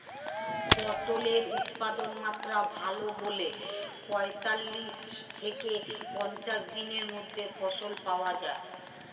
পটলের উৎপাদনমাত্রা ভালো বলে পঁয়তাল্লিশ থেকে পঞ্চাশ দিনের মধ্যে ফসল পাওয়া যায়